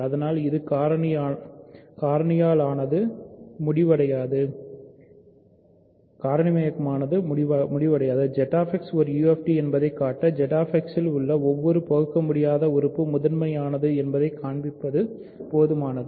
அதனால் இது காரணியாலானது முடிவடைகிறது ZX ஒரு UFD என்பதைக் காட்ட ZX இல் உள்ள ஒவ்வொரு பகுக்கமுடியாத உறுப்பு முதன்மையானது யானது என்பதைக் காண்பிப்பது போதுமானது